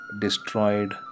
destroyed